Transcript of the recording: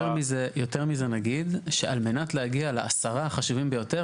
יותר מזה נגיד שעל מנת להגיע לעשרה החושבים ביותר,